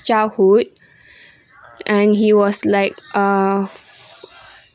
childhood and he was like a